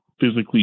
physically